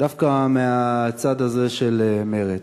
דווקא מהצד הזה, של מרצ.